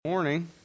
Morning